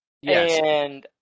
Yes